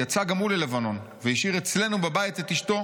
יצא גם הוא ללבנון והשאיר אצלנו בבית את אשתו,